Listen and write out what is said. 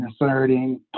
inserting